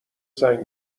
زنگ